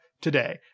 today